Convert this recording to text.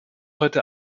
heute